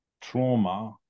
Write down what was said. trauma